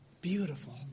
beautiful